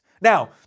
Now